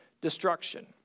destruction